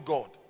God